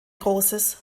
großes